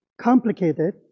complicated